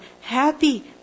happy